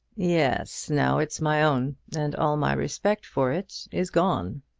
yes now it's my own and all my respect for it is gone.